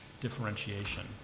differentiation